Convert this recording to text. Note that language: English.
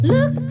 Look